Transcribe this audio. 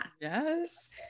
Yes